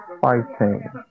fighting